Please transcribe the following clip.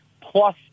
plus